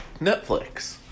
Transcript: Netflix